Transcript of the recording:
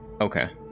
Okay